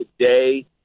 today